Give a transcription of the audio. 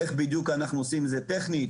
איך בדיוק אנחנו עושים את זה טכנית,